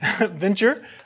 venture